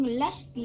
last